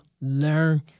learn